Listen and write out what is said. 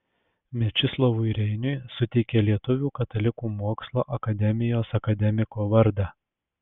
mečislovui reiniui suteikė lietuvių katalikų mokslo akademijos akademiko vardą